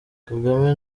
kagame